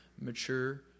mature